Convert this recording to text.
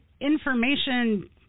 information